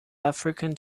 african